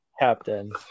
captain